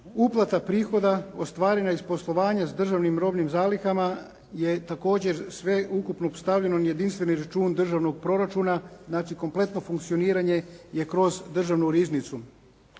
uplata prihoda ostvarena iz poslovanja sa državnim robnim zalihama je također sve ukupno stavljeno na jedinstveni račun državnog proračuna, znači kompletno funkcioniranje je kroz državnu riznicu.